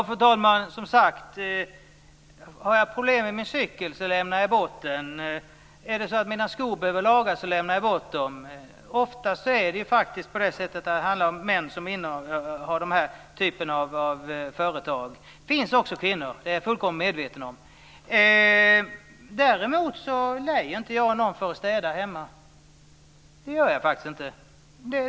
Fru talman! Har jag problem med min cykel lämnar jag bort den. Är det så att mina skor behöver lagas lämnar jag bort dem. Oftast är det faktiskt män som innehar den här typen av företag, men det finns också kvinnor. Det är jag fullkomligt medveten om. Däremot lejer jag inte någon för att städa hemma. Det gör jag faktiskt inte.